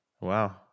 Wow